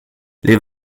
les